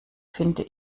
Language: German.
finde